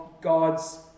God's